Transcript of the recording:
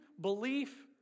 belief